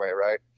right